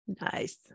Nice